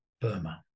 Burma